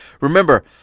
remember